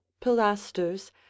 pilasters